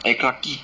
at clarke quay